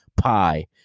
pie